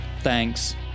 Thanks